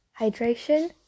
hydration